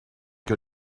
que